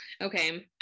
Okay